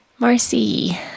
Marcy